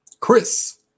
Chris